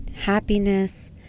happiness